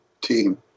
team